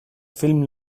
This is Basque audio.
film